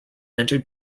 entered